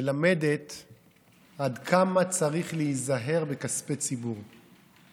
מלמדת עד כמה צריך להיזהר בכספי ציבור.